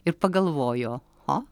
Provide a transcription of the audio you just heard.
ir pagalvojo o